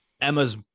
Emma's